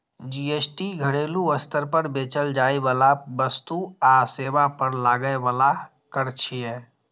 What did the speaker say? GST घरेलू स्तर पर बेचल जाइ बला वस्तु आ सेवा पर लागै बला कर छियै